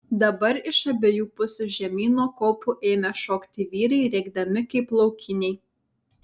dabar iš abiejų pusių žemyn nuo kopų ėmė šokti vyrai rėkdami kaip laukiniai